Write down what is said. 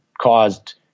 caused